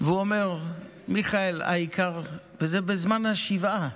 הוא אומר: מיכאל, העיקר, וזה בזמן השבעה,